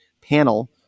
panel